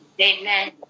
Amen